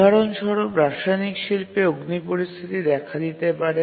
উদাহরণ স্বরূপ রাসায়নিক শিল্পে অগ্নিপরিস্থিতি দেখা দিতে পারে